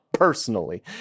personally